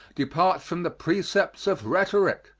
departs from the precepts of rhetoric,